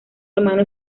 hermano